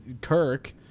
Kirk